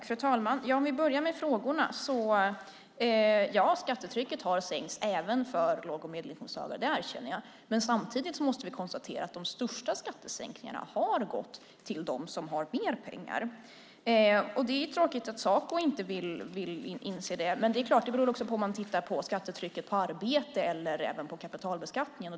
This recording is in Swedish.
Fru talman! Om vi börjar med frågorna så har skattetrycket sänkts även för låg och medelinkomsttagare - det erkänner jag. Men samtidigt måste vi konstatera att de största skattesänkningarna har gått till dem som har mer pengar. Det är tråkigt att Saco inte vill inse det, men det är klart, det beror väl också på om man tittar på skattetrycket på arbete eller om man även ser på kapitalbeskattningen.